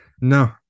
no